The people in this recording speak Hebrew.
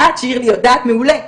עד שאני יודעת מעולה.